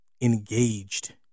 engaged